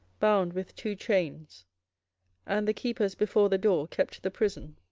bound with two chains and the keepers before the door kept the prison.